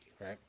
right